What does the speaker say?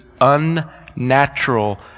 unnatural